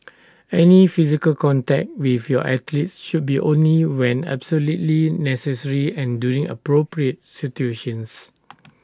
any physical contact with your athletes should be only when absolutely necessary and during appropriate situations